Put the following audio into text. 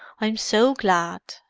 i'm so glad,